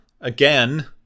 again